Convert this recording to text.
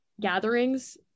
gatherings